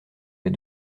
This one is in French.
les